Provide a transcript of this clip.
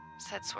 said